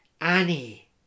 Annie